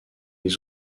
les